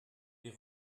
wir